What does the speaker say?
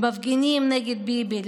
למפגינים נגד ביבי,